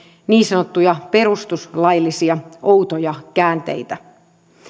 niin sanottuja perustuslaillisia outoja käänteitä